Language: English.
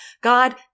God